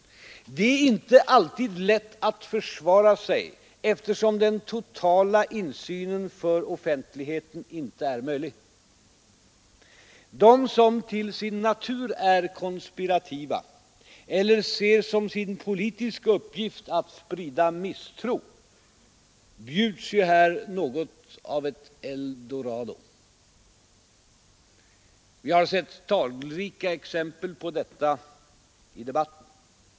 Det är inte alltid lätt att försvara sig, eftersom den totala insynen för offentligheten inte är möjlig. De som till sin natur är konspirativa eller ser som sin politiska uppgift att sprida misstro, bjuds ju här något av ett eldorado. Vi har sett talrika exempel på detta i debatten.